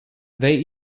they